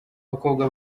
bakobwa